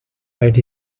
right